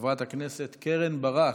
חברת הכנסת קרן ברק,